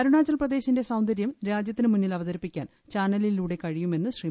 അരുണാചൽ പ്രദേശിന്റെ സൌന്ദരൃം രാജ്യത്തിനു മുന്നിൽ അവതരിപ്പിക്കാൻ ചാനലിലൂടെ കഴിയുമെന്ന് ശ്രീ